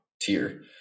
tier